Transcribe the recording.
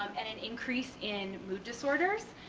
um and an increase in mood disorders,